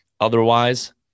Otherwise